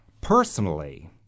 Personally